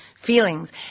feelings